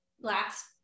last